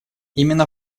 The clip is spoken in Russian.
именно